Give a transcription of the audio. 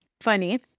funny